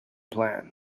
plan